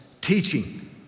teaching